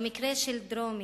במקרה של דרומי,